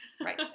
Right